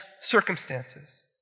circumstances